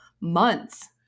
months